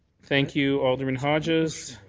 thank you. alderman hodges.